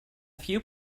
few